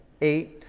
eight